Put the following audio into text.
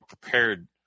prepared